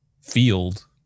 field